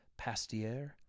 Pastier